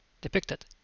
depicted